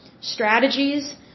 strategies